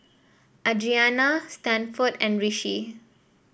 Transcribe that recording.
Adrianna Stanford and Rishi